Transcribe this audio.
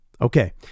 Okay